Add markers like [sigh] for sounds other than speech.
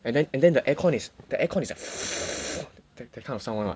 and then and then the aircon is the air con is like [noise] that kind of sound [one] [what]